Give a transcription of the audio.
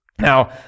Now